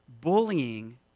Bullying